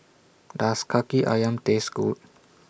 Does Kaki Ayam Taste Good